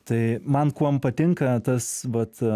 tai man kuom patinka tas vat